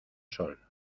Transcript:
sol